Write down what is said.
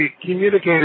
communicated